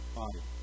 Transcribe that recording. body